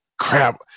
crap